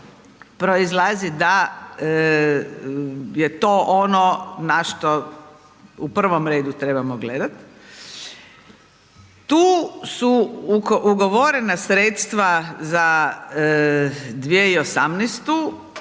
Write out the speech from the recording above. proizlazi da je to ono na što u prvom redu trebamo gledati. Tu su ugovorena sredstva za 2018.,